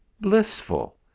blissful